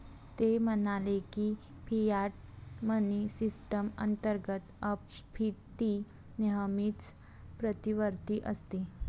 ते म्हणाले की, फियाट मनी सिस्टम अंतर्गत अपस्फीती नेहमीच प्रतिवर्ती असते